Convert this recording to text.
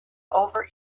over